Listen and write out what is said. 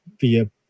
via